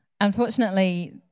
Unfortunately